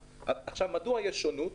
מדוע יש שונות?